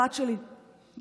הבת שלי,